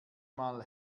mal